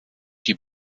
die